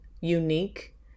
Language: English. unique